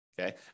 Okay